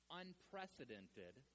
unprecedented